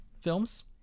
films